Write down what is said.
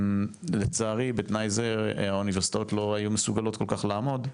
לצערי בתנאי זה האוניברסיטאות לא היו מסוגלות כל כך לעמוד,